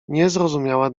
niezrozumiała